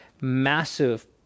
massive